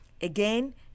Again